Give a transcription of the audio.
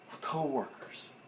co-workers